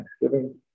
thanksgiving